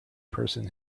person